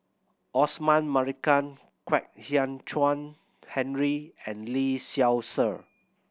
Osman Merican Kwek Hian Chuan Henry and Lee Seow Ser